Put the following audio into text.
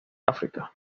áfrica